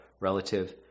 relative